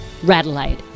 Radelaide